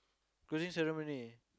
closing ceremony